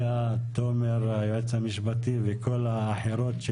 לאה, תומר, היועץ המשפטי וכל האחרות.